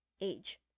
Age